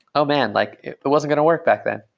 oh man! like it but was going to work back then.